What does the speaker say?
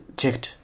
checked